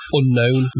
unknown